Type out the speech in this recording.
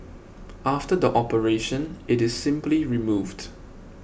after the operation it is simply removed